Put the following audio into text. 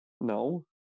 No